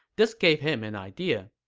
this gave him an idea.